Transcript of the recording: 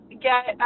Get